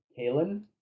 Kalen